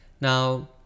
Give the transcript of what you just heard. now